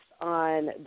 on